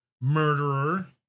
murderer